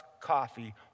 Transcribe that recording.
coffee